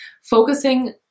focusing